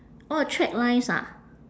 orh track lines ah